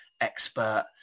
expert